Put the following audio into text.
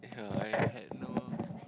yeah I had no